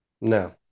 No